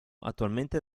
attualmente